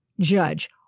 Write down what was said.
judge